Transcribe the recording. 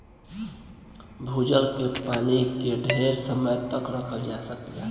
भूजल के पानी के ढेर समय तक रखल जा सकेला